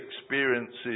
experiences